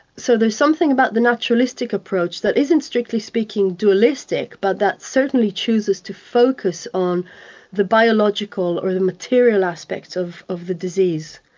so there's something about the naturalistic approach that isn't strictly speaking dualistic, but that certainly chooses to focus on the biological or material aspects of of the disease.